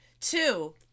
Two